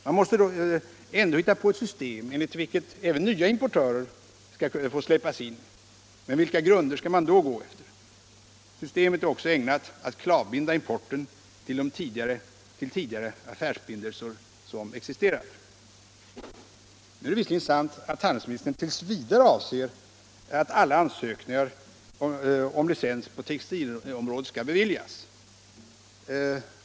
Man måste ändå hitta på ett system enligt vilket även nya importörer skall få släppas in. Men vilka grunder skall man då gå efter? Systemet är också ägnat att klavbinda importen till tidigare affärsförbindelser som existerat. Nu är det visserligen sant att handelsministern t. v. avser att alla ansökningar om licens på textilområdet skall beviljas.